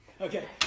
Okay